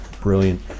brilliant